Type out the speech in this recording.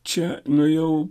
čia nuėjau